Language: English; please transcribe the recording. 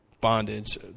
bondage